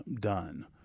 done